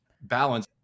balance